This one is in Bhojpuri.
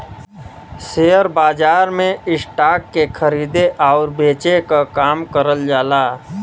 शेयर बाजार में स्टॉक के खरीदे आउर बेचे क काम करल जाला